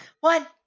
One